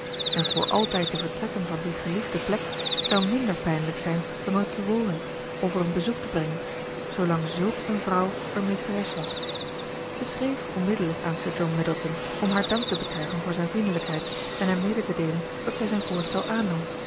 en voor altijd te vertrekken van die geliefde plek zou minder pijnlijk zijn dan er te wonen of er een bezoek te brengen zoolang zulk eene vrouw er meesteres was zij schreef onmiddellijk aan sir john middleton om haar dank te betuigen voor zijn vriendelijkheid en hem mede te deelen dat zij zijn voorstel aannam